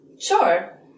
sure